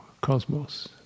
cosmos